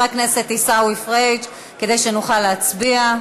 הכנסת עיסאווי פריג' כדי שנוכל להצביע.